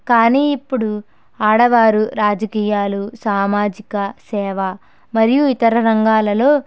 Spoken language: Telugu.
కానీ ఇప్పుడు ఆడవారు రాజకీయాలు సామాజిక సేవ మరియు ఇతర రంగాలలో